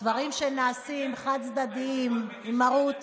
דברים נעשים חד-צדדית, עם מרות